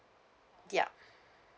ya